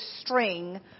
string